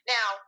Now